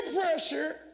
pressure